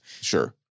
Sure